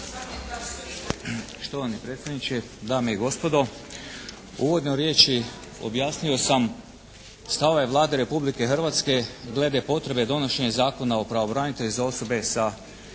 Štovani predsjedniče, dame i gospodo. U uvodnoj riječi objasnio sam stavove Vlade Republike Hrvatske glede potrebe donošenja Zakona o pravobranitelju za osobe sa